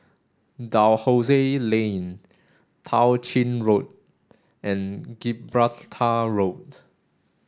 Dalhousie Lane Tao Ching Road and Gibraltar Road